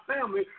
family